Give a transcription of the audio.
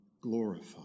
glorified